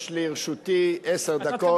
יש לרשותי עשר דקות,